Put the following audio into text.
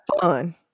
fun